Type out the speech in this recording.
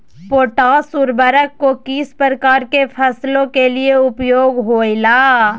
Potash उर्वरक को किस प्रकार के फसलों के लिए उपयोग होईला?